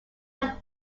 out